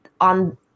on